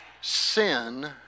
sin